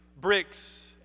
bricks